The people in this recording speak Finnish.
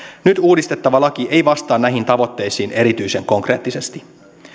nyt uudistettava laki ei vastaa näihin tavoitteisiin erityisen konkreettisesti